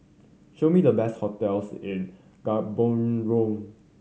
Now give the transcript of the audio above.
show me the best hotels in Gaborone